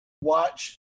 watch